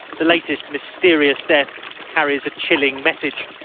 the latest mysterious death carries a chilling message.